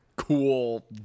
cool